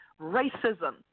racism